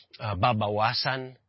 babawasan